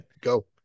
Go